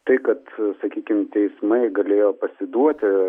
tai kad sakykim teismai galėjo pasiduoti